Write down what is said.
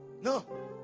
no